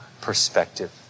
perspective